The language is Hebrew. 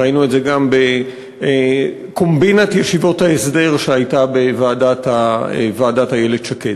ראינו את זה גם בקומבינת ישיבות ההסדר שהייתה בוועדת איילת שקד.